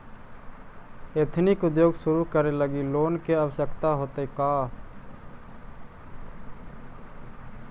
Ethnic उद्योग शुरू करे लगी लोन के आवश्यकता होतइ का?